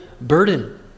burden